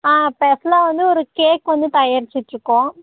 ஆ ஸ்பெஷலாக வந்து ஒரு கேக் வந்து தயாரிச்சிகிட்டு இருக்கோம்